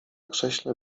krześle